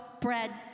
bread